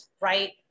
right